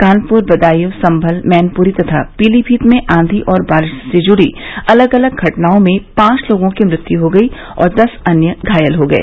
कानप्र बदायूँ संभल मैनप्री तथा पीलीमीत में आंघी और बारिश से जुड़ी अलग अलग घटनाओं में पांच लोगों की मृत्यु हो गई और दस अन्य घायल हो गए